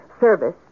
service